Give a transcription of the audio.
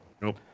Nope